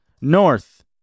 north